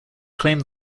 claimed